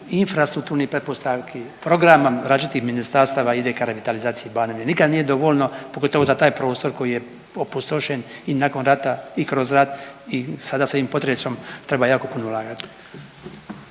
infrastrukturnih pretpostavki, programa, različitih ministarstava ide ka revitalizaciji Banovine. Nikad nije dovoljno, pogotovo za taj prostor koji je opustošen i nakon rata i kroz rat i sada s ovim potresom, treba jako puno ulagati.